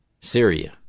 Syria